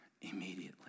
Immediately